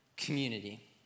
community